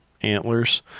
antlers